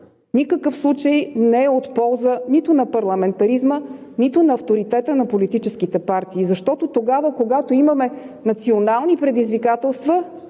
никакъв случай не е от полза нито на парламентаризма, нито на авторитета на политическите партии. Защото тогава, когато имаме национални предизвикателства,